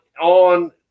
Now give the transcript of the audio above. on